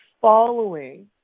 following